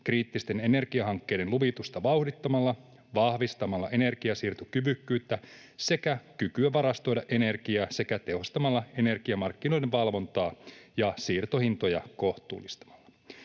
kriittisten energiahankkeiden luvitusta, vahvistamalla ener- giansiirtokyvykkyyttä sekä kykyä varastoida energiaa sekä tehostamalla energiamarkkinoiden valvontaa ja kohtuullistamalla